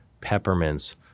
peppermints